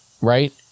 right